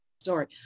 Sorry